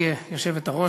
גברתי היושבת-ראש,